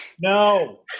No